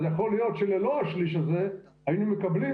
יכול להיות שללא השליש הזה היינו מקבלים